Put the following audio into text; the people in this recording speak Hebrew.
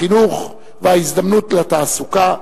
החינוך וההזדמנות לתעסוקה,